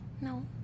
No